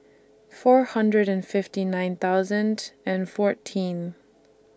four hundred and fifty nine thousand and fourteen